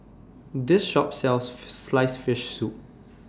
This Shop sells Sliced Fish Soup